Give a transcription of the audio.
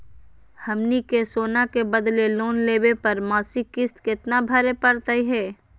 हमनी के सोना के बदले लोन लेवे पर मासिक किस्त केतना भरै परतही हे?